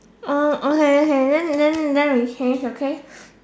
hmm okay okay then then then we change okay